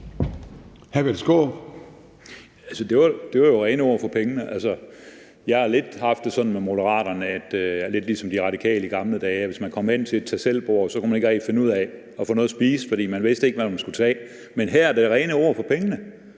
Det var jo rene ord for pengene. Jeg har lidt haft det sådan med Moderaterne, som jeg havde det med De Radikale i gamle dage. Hvis man kom hen til et tag selv-bord, kunne man ikke rigtig finde ud af at få noget at spise, fordi man ikke vidste, hvad man skulle tage. Men her er det rene ord for pengene.